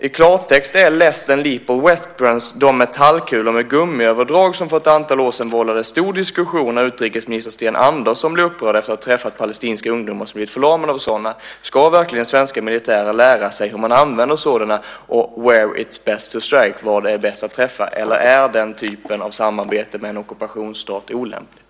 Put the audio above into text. I klartext är "less than lethal weapons" de metallkulor med gummiöverdrag som för ett antal år sedan vållade en stor diskussion när utrikesminister Sten Andersson blev upprörd efter att ha träffat palestinska ungdomar som blivit förlamande av sådana. Ska svenska militärer verkligen lära sig hur man använder sådana och "where it is best to strike", var det är bäst att träffa, eller är den typen av samarbete med en ockupationsstat olämpligt?